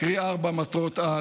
מקריא ארבע מטרות-על: